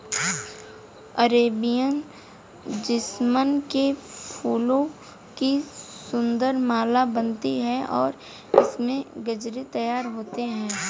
Arabian jasmine के फूलों की सुंदर माला बनती है और इससे गजरे तैयार होते हैं